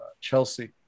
Chelsea